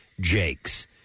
Jake's